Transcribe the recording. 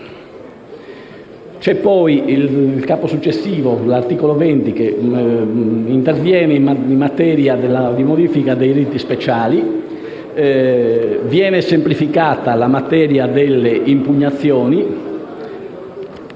C'è poi l'articolo 20 che interviene in materia di modifica dei riti speciali. Viene semplificata la materia delle impugnazioni